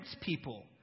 people